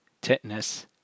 tetanus